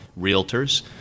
realtors